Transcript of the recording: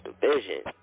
Division